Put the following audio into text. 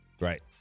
Right